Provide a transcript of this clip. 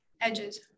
edges